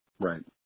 Right